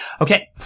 Okay